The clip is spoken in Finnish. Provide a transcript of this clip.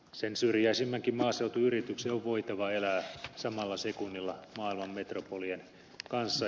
sen syrjäisimmänkin maaseutuyrityksen on voitava elää samalla sekunnilla maailman metropolien kanssa